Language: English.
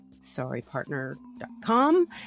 sorrypartner.com